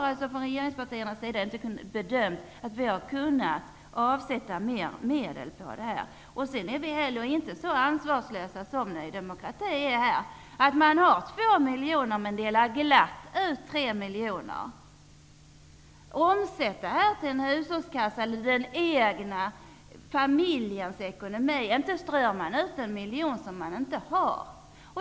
Vi har dock från regeringspartiernas sida inte bedömt att vi kan avsätta mera medel för detta ändamål. Vi agerar inte heller så ansvarslöst som Ny demokrati, som trots att bara 2 miljoner kronor står till förfogande glatt vill dela ut 3 miljoner. Omsätt detta till den egna familjens hushållskassa! Man strör här ut 1 miljon kronor som man inte har.